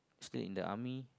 stay in the army